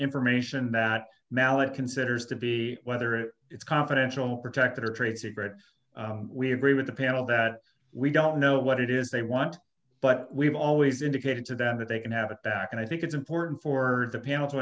information that mallet considers to be whether it's confidential protected or trade secret we agree with the panel that we don't know what it is they want but we've always indicated to them that they can have it back and i think it's important for the panel to